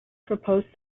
proposed